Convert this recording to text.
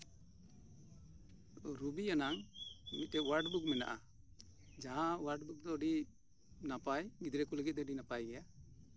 ᱨᱤᱵᱤ ᱟᱱᱟᱜ ᱢᱤᱫ ᱴᱟᱝ ᱳᱣᱟᱨᱰ ᱵᱩᱠ ᱢᱮᱱᱟᱜᱼᱟ ᱡᱟᱦᱟᱸ ᱳᱣᱟᱨᱰ ᱵᱩᱠ ᱫᱚ ᱟᱹᱰᱤ ᱱᱟᱯᱟᱭ ᱜᱤᱫᱽᱨᱟᱹ ᱠᱚ ᱞᱟᱹᱜᱤᱫ ᱫᱚ ᱟᱹᱰᱤ ᱱᱟᱯᱟᱭ ᱜᱮᱭᱟ